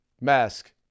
mask